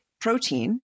protein